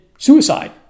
Suicide